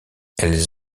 elles